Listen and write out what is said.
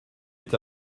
est